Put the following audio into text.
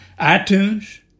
iTunes